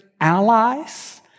allies